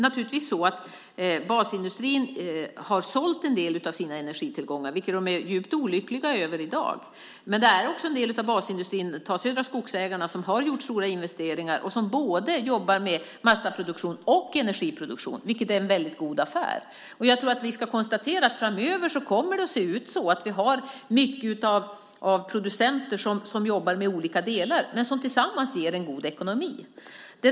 Basindustrin har sålt en del av sina energitillgångar, vilket de i dag är djupt olyckliga över. Men en del av basindustrin, till exempel Södra skogsägarna, har gjort stora investeringar och jobbar med både massaproduktion och energiproduktion. Det är en god affär. Vi ska konstatera att framöver kommer vi att ha många producenter som jobbar med olika delar som tillsammans ger en god ekonomi.